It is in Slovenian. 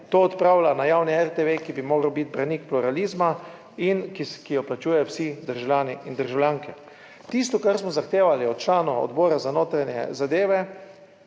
to odpravlja na javni RTV, ki bi moral biti branik pluralizma in ki jo plačujejo vsi državljani in državljanke. Tisto kar smo zahtevali od članov Odbora za notranje zadeve,